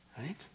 right